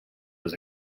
was